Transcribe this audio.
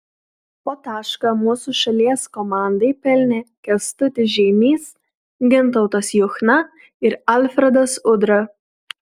po tašką mūsų šalies komandai pelnė kęstutis žeimys gintautas juchna ir alfredas udra